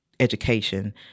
education